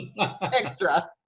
Extra